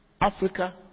Africa